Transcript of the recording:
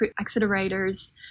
accelerators